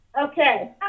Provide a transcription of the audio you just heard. Okay